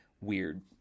weird